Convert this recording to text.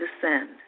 descend